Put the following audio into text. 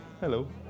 Hello